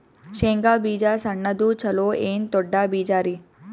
ಶೇಂಗಾ ಬೀಜ ಸಣ್ಣದು ಚಲೋ ಏನ್ ದೊಡ್ಡ ಬೀಜರಿ?